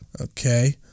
Okay